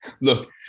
Look